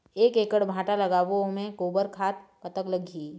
एक एकड़ भांटा लगाबो ओमे गोबर खाद कतक लगही?